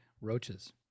Roaches